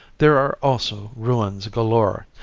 there are also ruins galore,